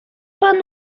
pan